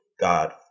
God